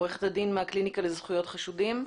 עורכת הדין מהקליניקה לזכויות חשודים.